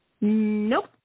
Nope